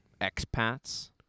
expats